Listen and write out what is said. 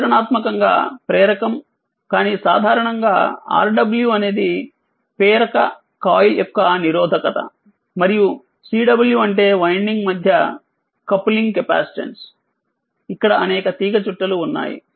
ఆచరణాత్మకంగా ప్రేరకం కానీ సాధారణంగా Rw అనేది ప్రేరక కాయిల్ యొక్క నిరోధకత మరియుCwఅంటే వైండింగ్ మధ్య కాపులింగ్ కెపాసిటెన్స్ ఇక్కడ అనేకతీగచుట్టలు ఉన్నాయి